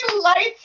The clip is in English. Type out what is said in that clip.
lights